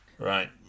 Right